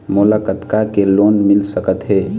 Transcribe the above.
मोला कतका के लोन मिल सकत हे?